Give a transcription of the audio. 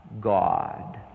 God